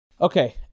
Okay